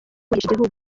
igihugu